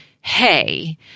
hey